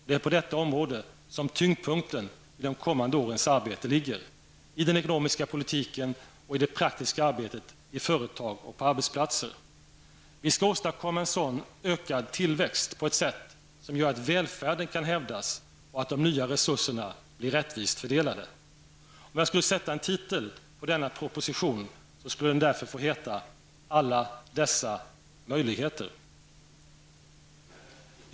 Det är på detta område som tyngdpunkten i de kommande årens arbete ligger, i den ekonomiska politiken och i det praktiska arbetet i företag och på arbetsplatser. Vi skall åstadkomma en sådan ökad tillväxt på ett sätt som gör att välfärden kan hävdas och att de nya resurserna blir rättvist fördelade. Om jag skulle sätta en titel på denna proposition skulle den därför få heta ''Alla dessa möjligheter''.